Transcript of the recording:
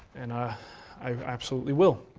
and i i absolutely will.